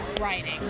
writing